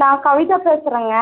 நான் கவிதா பேசுகிறங்க